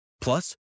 Plus